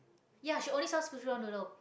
ya she only sells fishball-noodle